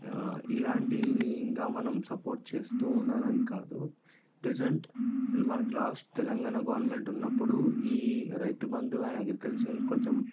ఇలాంటివి ఇంకా మనం సపోర్ట్ చేస్తూ ఉండాలని కాదు ప్రజెంట్ మనకి లాస్ట్ తెలంగాణ గవర్నమెంట్ ఉన్నప్పుడు ఈ రైతుబంధని అని అగ్రికల్చర్గా కొంచెం